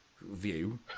view